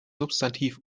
substantiv